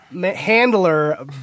handler